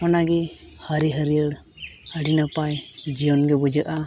ᱚᱱᱟᱜᱮ ᱦᱟᱹᱨᱤᱼᱦᱟᱹᱨᱭᱟᱹᱲ ᱟᱹᱰᱤ ᱱᱟᱯᱟᱭ ᱡᱤᱭᱚᱱᱜᱮ ᱵᱩᱡᱷᱟᱹᱜᱼᱟ